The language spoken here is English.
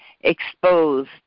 exposed